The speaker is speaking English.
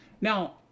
now